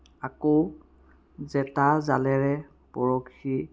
আকৌ জেতা জালেৰে বৰশী